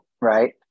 right